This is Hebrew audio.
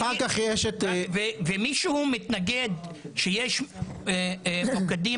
אחר כך יש את --- ומישהו מתנגד שיש מוקדים